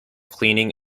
cleaning